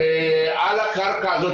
ועל הקרקע הזאת,